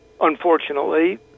unfortunately